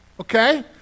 Okay